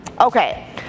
okay